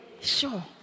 sure